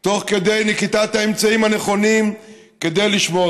תוך כדי נקיטת האמצעים הנכונים כדי לשמור.